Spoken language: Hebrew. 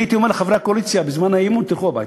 אני הייתי אומר לחברי הקואליציה בזמן האי-אמון: תלכו הביתה.